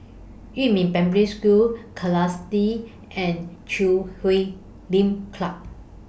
Yumin Primary School Kerrisdale and Chui Huay Lim Club